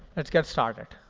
let's get started.